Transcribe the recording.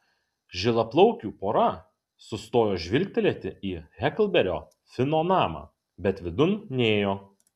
žilaplaukių pora sustojo žvilgtelėti į heklberio fino namą bet vidun nėjo